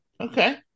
Okay